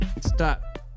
stop